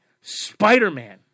Spider-Man